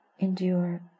endure